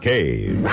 Cave